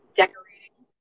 decorating